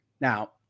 Now